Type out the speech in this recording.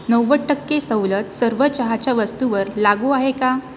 नव्वद टक्के सवलत सर्व चहाच्या वस्तूवर लागू आहे का